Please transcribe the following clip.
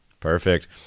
Perfect